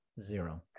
Zero